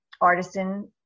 artisan